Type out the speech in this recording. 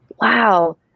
Wow